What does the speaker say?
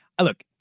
Look